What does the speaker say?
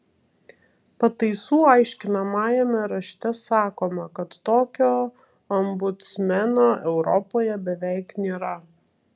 pataisų aiškinamajame rašte sakoma kad tokio ombudsmeno europoje beveik nėra